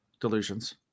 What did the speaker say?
Delusions